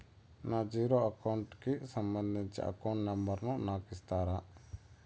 నా zero account కి సంబంధించి అకౌంట్ నెంబర్ ను నాకు ఇస్తారా